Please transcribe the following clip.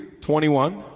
21